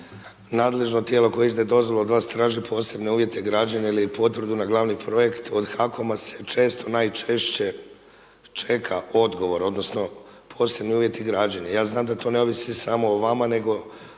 nadležno tijelo koje izdaje dozvolu od vas traži posebne uvjete građenja ili potvrdu na glavni projekt od HAKOM-a se često najčešće čeka odgovor odnosno posebni uvjeti građenja. Ja znam da to ne ovisi samo o vama nego